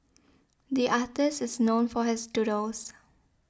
the artist is known for his doodles